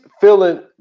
feeling